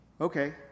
Okay